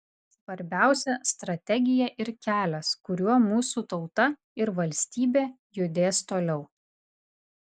svarbiausia strategija ir kelias kuriuo mūsų tauta ir valstybė judės toliau